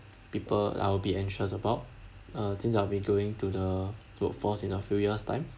people I'll be anxious about uh since I'll be going to the workforce in a few years' time